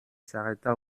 s’arrêta